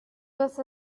was